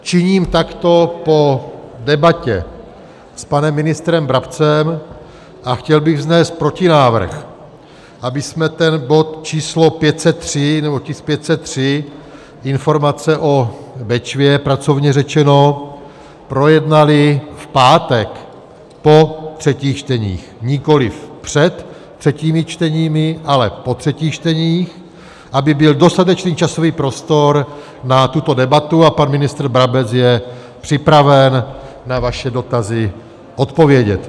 Činím takto po debatě s panem ministrem Brabcem a chtěl bych vznést protinávrh, abychom bod číslo 503, nebo tisk 503, informace o Bečvě, pracovně řečeno, projednali v pátek po třetích čteních, nikoli před třetími čteními, ale po třetích čteních, aby byl dostatečný časový prostor na tuto debatu, a pan ministr Brabec je připraven na vaše dotazy odpovědět.